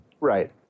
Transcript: Right